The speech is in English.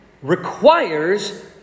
requires